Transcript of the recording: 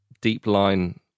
deep-line